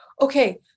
okay